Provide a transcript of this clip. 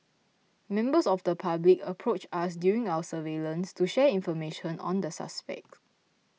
members of the public approached us during our surveillance to share information on the suspect